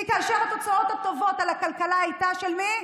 כי התוצאות הטובות על הכלכלה היו של מי?